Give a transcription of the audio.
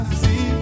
see